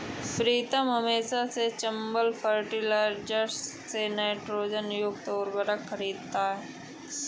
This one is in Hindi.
प्रीतम हमेशा से चंबल फर्टिलाइजर्स से नाइट्रोजन युक्त उर्वरक खरीदता हैं